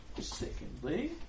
Secondly